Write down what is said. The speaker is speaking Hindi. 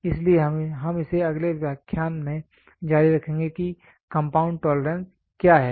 इसलिए हम इसे अगले व्याख्यान में जारी रखेंगे कि कंपाउंड टोलरेंस क्या है